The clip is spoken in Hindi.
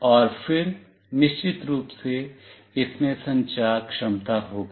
और फिर निश्चित रूप से इसमें संचार क्षमता होगी